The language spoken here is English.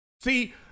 See